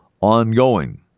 ongoing